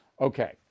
Okay